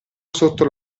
sotto